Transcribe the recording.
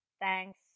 Thanks